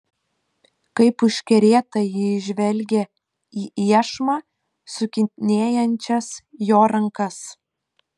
kaip užkerėta ji žvelgė į iešmą sukinėjančias jo rankas